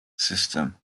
system